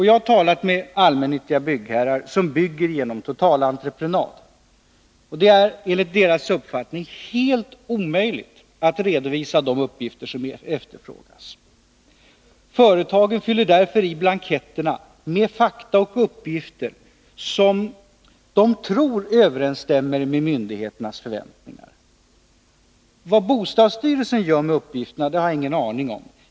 Jag har talat med byggherrar inom allmännyttan som bygger genom totalentreprenad. Det är enligt deras uppfattning helt omöjligt att redovisa de uppgifter som efterfrågas. Företagen fyller därför i blanketterna med fakta och uppgifter som de tror överensstämmer med myndighetens förväntningar. Vad bostadsstyrelsen gör med uppgifterna har jag ingen aning om.